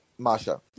Masha